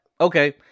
Okay